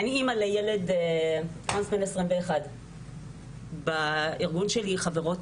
אני אמא לילד טרנס בן 21. בארגון שלי חברות